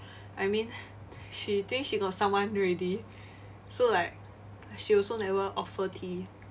I mean she think she got someone already so like she also never offer T